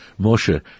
Moshe